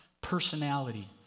personality